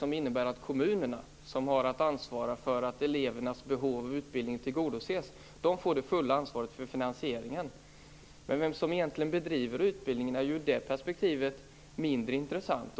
Det innebär att kommunerna, som har att ansvara för att elevernas behov av utbildning tillgodoses, får det fulla ansvaret för finansieringen. Men vem som egentligen bedriver utbildningen är ju i detta perspektiv mindre intressant.